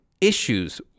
issues